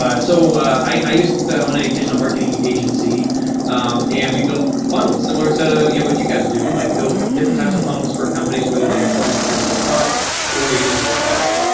so i used to own a digital marketing agency and we built funnels similar to you know what you guys do. like build different types of funnels for companies, whether they are selling a physical product or a digital product.